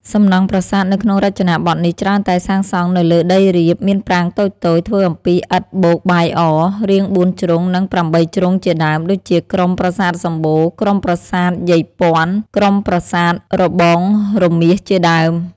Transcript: សំណង់ប្រាសាទនៅក្នុងរចនាបថនេះ ច្រើនតែសាងសង់នៅលើដីរាប មានប្រាង្គតូចៗ ធ្វើអំពីឥដ្ឋបូកបាយអ រាងបួនជ្រុងនិងប្រាំបីជ្រុងជាដើម ដូចជាក្រុមប្រាសាទសំបូរ ក្រុមប្រាសាទយាយព័ន្ធ ក្រុមប្រាសាទរបងរមាសជាដើម